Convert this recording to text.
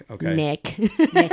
Nick